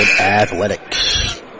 Athletics